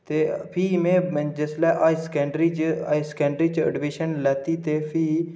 ते फ्ही मैं जिसलै हाई सकैंडरी च हाई सकैंडरी च एडमीशन लैती ते फ्ही